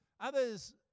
others